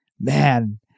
Man